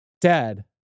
Dad